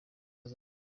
zacu